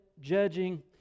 judging